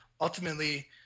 ultimately